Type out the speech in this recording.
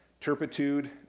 turpitude